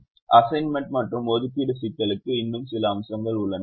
assignment அல்லது ஒதுக்கீட்டு சிக்கலுக்கு இன்னும் சில அம்சங்கள் உள்ளன